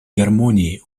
гармонии